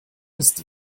ist